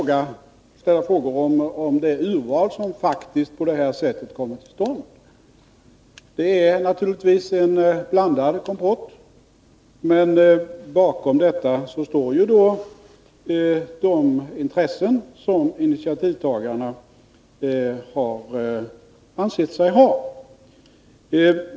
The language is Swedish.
Det urval som på detta sätt faktiskt kommer till stånd är naturligtvis en blandad kompott. Bakom urvalet står dock de intressen som initiativtagarna anser sig ha.